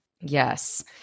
Yes